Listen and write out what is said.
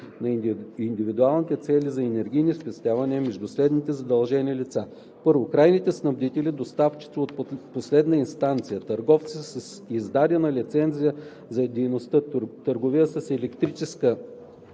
като индивидуални цели за енергийни спестявания между следните задължени лица: 1. крайни снабдители, доставчици от последна инстанция, търговци с издадена лицензия за дейността „търговии с електрическа